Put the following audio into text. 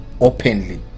openly